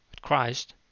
christ